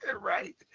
Right